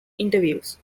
interviews